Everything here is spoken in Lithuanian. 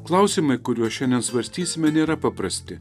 klausimai kuriuos šiandien svarstysime nėra paprasti